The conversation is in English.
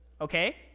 Okay